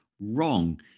wrong